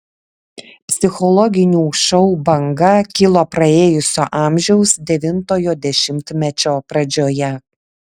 psichologinių šou banga kilo praėjusio amžiaus devintojo dešimtmečio pradžioje